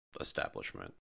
establishment